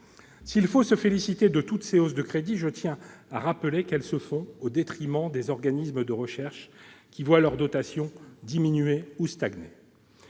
S'il faut nous féliciter de toutes ces hausses de crédit, je tiens à rappeler qu'elles se font au détriment des organismes de recherche, lesquels voient leurs dotations diminuer ou stagner.